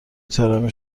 طارمی